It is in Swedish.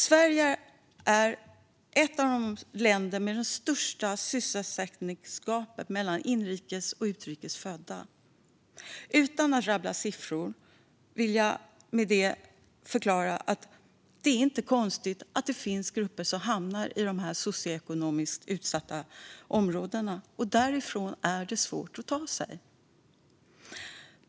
Sverige är ett av de länder som har de största sysselsättningsgapen mellan inrikes födda och utrikes födda. Utan att rabbla siffror vill jag med det förklara att det inte är konstigt att det finns grupper som hamnar i de socioekonomiskt utsatta områdena, och därifrån är det svårt att ta sig.